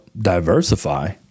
diversify